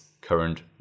current